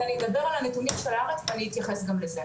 אז אני אדבר על הנתונים של הארץ ואני אתייחס גם לזה,